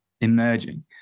emerging